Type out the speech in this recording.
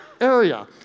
area